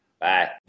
Bye